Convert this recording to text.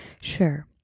Sure